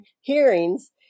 hearings